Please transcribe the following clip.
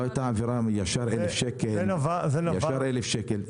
לא הייתה עבירה וישר נותנים קנס בסך 1,000 שקלים?